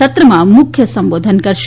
સત્રમાં મુખ્ય સંબોધન કરશે